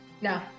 No